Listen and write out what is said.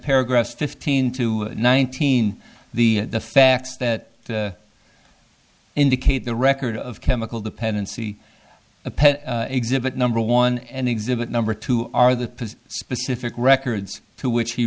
paragraph fifteen to nineteen the facts that indicate the record of chemical dependency a pet exhibit number one and exhibit number two are the specific records to which he